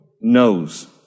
knows